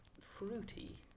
fruity